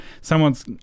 someone's